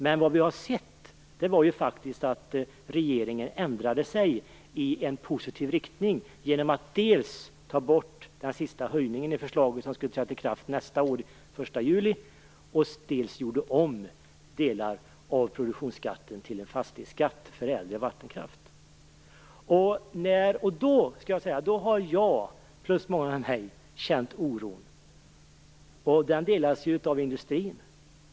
Men vad vi har sett är faktiskt att regeringen ändrade sig i en positiv riktning dels genom att ta bort den sista höjningen i förslaget som skulle ha trätt i kraft den 1 juli nästa, dels genom att göra om delar av produktionsskatten till en fastighetsskatt för äldre vattenkraft. Då har jag och många med mig känt oro. Den oron delas av industrin.